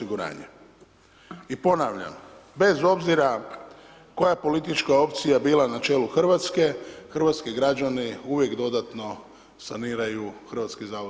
I ponavljam, bez obzira koja je politička opcija bila na čelu Hrvatske, hrvatski građani uvijek dodatno saniraju HZZO.